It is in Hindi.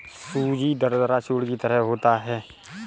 सूजी दरदरा चूर्ण की तरह होता है